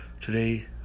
Today